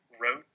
wrote